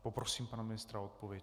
Poprosím pana ministra o odpověď.